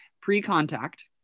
pre-contact